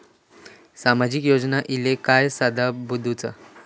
सामाजिक योजना इले काय कसा बघुचा?